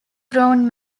grown